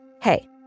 Hey